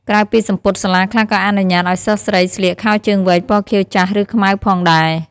ក្រៅពីសំពត់ សាលាខ្លះក៏អនុញ្ញាតឱ្យសិស្សស្រីស្លៀក ខោជើងវែងពណ៌ខៀវចាស់ ឬ ខ្មៅ ផងដែរ។